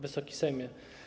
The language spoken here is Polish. Wysoki Sejmie!